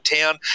town